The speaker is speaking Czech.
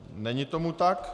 Není tomu tak.